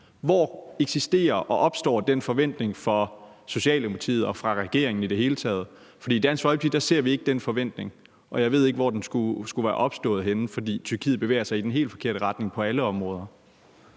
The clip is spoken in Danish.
Hvor er den forventning fra Socialdemokratiets og regeringens side i det hele taget opstået? For i Dansk Folkeparti ser vi ikke den forventning, og jeg ved ikke, hvor den skulle være opstået henne, for Tyrkiet bevæger sig i den helt forkerte retning på alle områder.